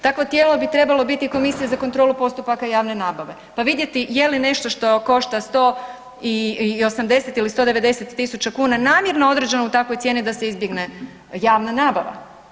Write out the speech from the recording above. Takvo tijelo bi trebalo biti i Komisija za kontrolu postupaka javne nabave, pa vidjeti je li nešto što košta 180 ili 190.000 kuna namjerno određeno u takvoj cijeni da se izbjegne javna nabava.